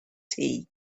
tea